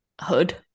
hood